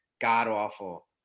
god-awful